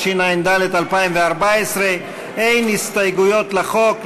התשע"ד 2014. אין הסתייגויות לחוק,